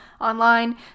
online